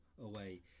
away